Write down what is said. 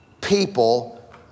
people